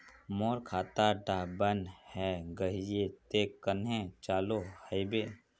मोर खाता डा बन है गहिये ते कन्हे चालू हैबे?